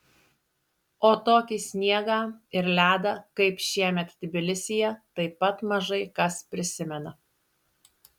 o tokį sniegą ir ledą kaip šiemet tbilisyje taip pat mažai kas prisimena